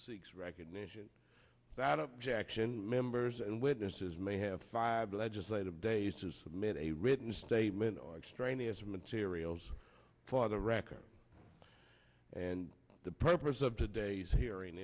six recognition that objection members and witnesses may have five legislative days to submit a written statement or extraneous materials for the record and the purpose of today's hearing